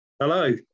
Hello